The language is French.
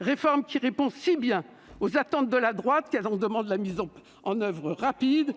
lequel répond si bien aux attentes de la droite que celle-ci en demande la mise en oeuvre rapide,